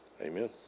Amen